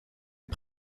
est